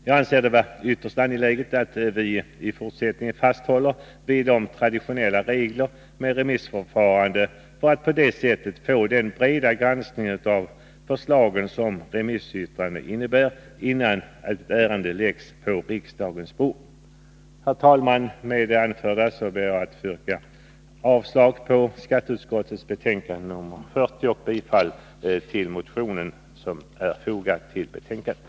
Jag anser det vara ytterst angeläget att vi fasthåller vid de traditionella reglerna med remissförfarande, för att på det sättet få den breda granskning av förslagen som remissbehandlingen innebär, innan ett ärende läggs på riksdagens bord. Herr talman! Med det anförda ber jag att få yrka avslag på skatteutskottets hemställan i dess betänkande nr 40 och bifall till den reservation som är fogad till betänkandet.